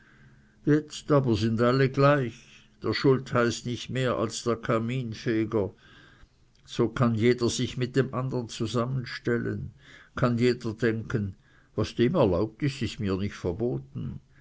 jetzt sind aber alle gleich der schultheiß nicht mehr als der kaminfeger so kann jeder sich mit dem andern zusammenstellen kann jeder denken was dem erlaubt ist ist mir nicht verboten